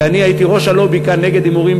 כי אני הייתי ראש הלובי כאן נגד הימורים